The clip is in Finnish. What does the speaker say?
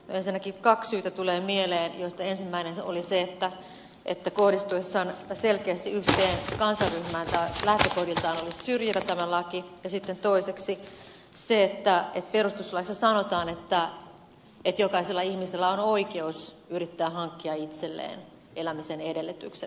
ensinnäkin kaksi syytä tulee mieleen joista ensimmäinen on se että kohdistuessaan selkeästi yhteen kansanryhmään tämä laki olisi lähtökohdiltaan syrjivä ja sitten toiseksi se että perustuslaissa sanotaan että jokaisella ihmisellä on oikeus yrittää hankkia itselleen elämisen edellytyk set